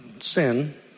sin